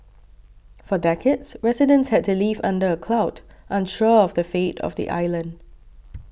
for decades residents had to live under a cloud unsure of the fate of the island